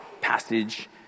passage